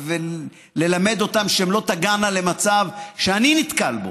וללמד אותן שהן לא תגענה למצב שאני נתקל בו,